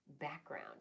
Background